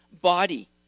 body